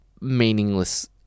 meaningless